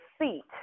seat